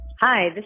Hi